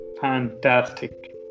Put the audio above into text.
Fantastic